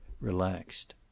relaxed